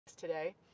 today